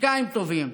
פוליטיקאים טובים,